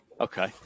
Okay